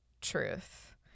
truth